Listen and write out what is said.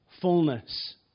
fullness